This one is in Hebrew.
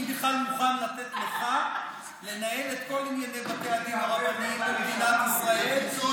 אני בכלל מוכן לתת לך לנהל את כל ענייני בתי הדין הרבניים במדינת ישראל.